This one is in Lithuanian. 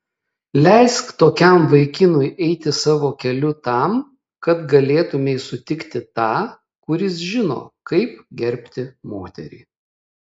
leisk tokiam vaikinui eiti savo keliu tam kad galėtumei sutikti tą kuris žino kaip gerbti moterį